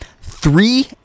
three